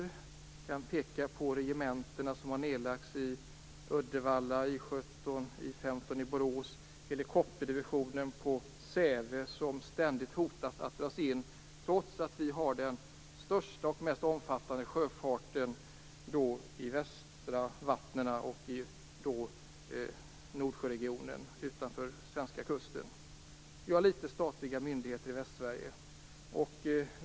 Jag kan peka på nedläggningar av regementen: I 17 i Säve hotas ständigt av indragning, trots att vi i de västra vattnen och Nordsjöregionen har den mest omfattande sjöfarten utanför den svenska kusten. Vi har få statliga myndigheter i Västsverige.